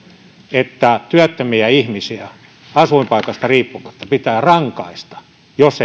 että työttömiä ihmisiä asuinpaikasta riippumatta pitää rankaista jos